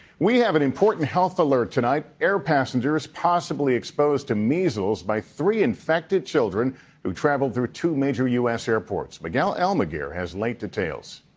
we have an important health alert tonight. air passengers possibly exposed to measles by three infected children who traveled through two major u s. airports. miguel almaguer has late details.